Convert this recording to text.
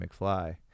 McFly